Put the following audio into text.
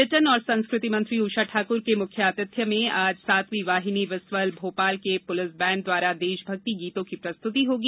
पर्यटन एवं संस्कृति मंत्री उषा ठाकुर के मुख्य आतिथ्य में आज सातवीं वाहिनी विसबल भोपाल के पुलिस बैण्ड द्वारा देशभक्ति गीतों की प्रस्तुति होगी